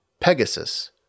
Pegasus